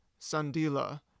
Sandila